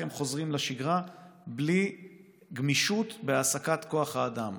הם חוזרים לשגרה בלי גמישות בהעסקת כוח האדם.